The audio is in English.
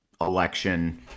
election